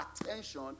attention